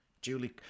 Julie